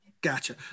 Gotcha